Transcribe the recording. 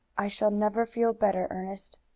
i shall never feel better, ernest,